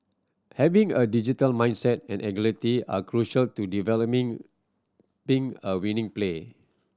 having a digital mindset and agility are crucial to a winning play